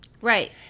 Right